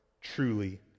truly